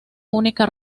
única